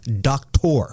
doctor